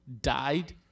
died